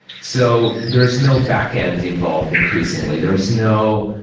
so there is no backend involved increasingly. there is no,